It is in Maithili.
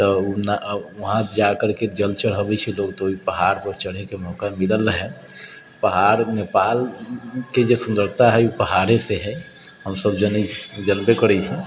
तऽ वहाँ जा करके जल चढ़बै छै लोक तऽ ओहि पहाड़ पर चढ़ैके मौका मिलल रहै पहाड़ नेपालके जे सुन्दरता है ओ पहाड़ेसँ है हम सभ जनै छी जनबे करै छी